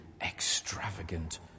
extravagant